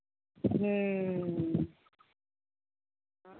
ᱦᱮᱸ